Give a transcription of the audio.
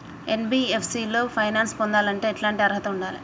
NBFC లో finance పొందాలంటే ఎట్లాంటి అర్హత ఉండాలే?